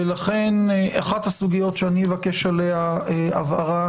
ולכן אחת הסוגיות שאני אבקש עליה הבהרה,